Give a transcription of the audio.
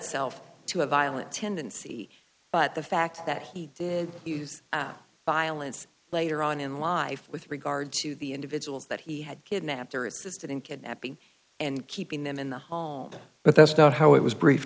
itself to a violent tendency but the fact that he did use violence later on in life with regard to the individuals that he had kidnapped or assisted in kidnapping and keeping them in the home but that's not how it was brief